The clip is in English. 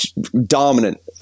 dominant